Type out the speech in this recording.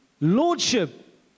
lordship